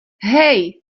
hej